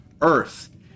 earth